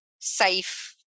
safe